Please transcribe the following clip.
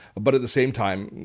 but at the same time,